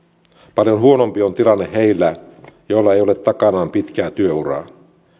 paljon huonompi on tilanne heillä joilla ei ole takanaan pitkää työuraa